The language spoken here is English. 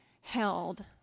held